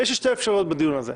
יש שתי אפשרויות בדיון הזה: